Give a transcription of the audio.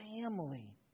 family